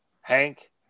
Hank